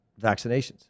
vaccinations